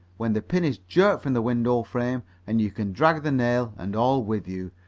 when the pin is jerked from the window-frame, and you can drag the nail and all with you,